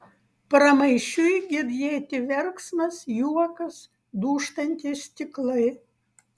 pramaišiui girdėti verksmas juokas dūžtantys stiklai